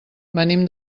venim